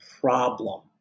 problem